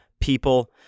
people